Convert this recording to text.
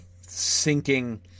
sinking